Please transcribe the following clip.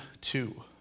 two